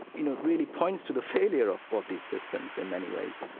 you know, really points to the failure of of these systems in many ways